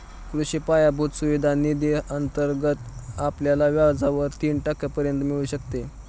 कृषी पायाभूत सुविधा निधी अंतर्गत आपल्याला व्याजावर तीन टक्क्यांपर्यंत मिळू शकते